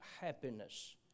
happiness